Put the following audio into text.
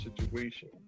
situation